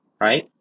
right